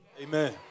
Amen